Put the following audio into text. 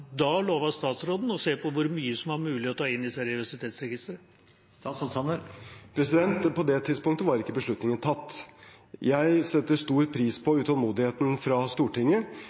da lovte statsråden å se på hvor mye som var mulig å ta inn i seriøsitetsregisteret. På det tidspunktet var ikke beslutningen tatt. Jeg setter stor pris på utålmodigheten fra Stortinget,